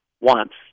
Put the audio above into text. wants